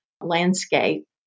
landscape